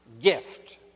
gift